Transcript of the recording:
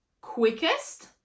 quickest